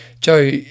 Joe